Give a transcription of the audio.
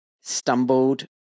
stumbled